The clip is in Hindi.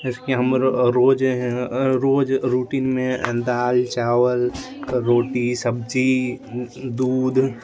जिसकी हम र रोज़ अ रोज रूटीन में दाल चावल रोटी सब्ज़ी दूध